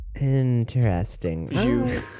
Interesting